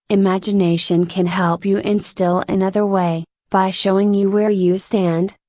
imagination can help you in still another way, by showing you where you stand,